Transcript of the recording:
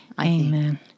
Amen